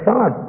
God